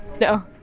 No